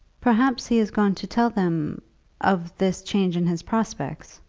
perhaps he has gone to tell them of this change in his prospects.